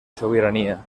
sobirania